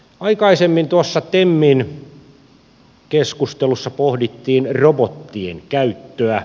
aikaisemmin tuossa temin keskustelussa pohdittiin robottien käyttöä